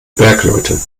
bergleute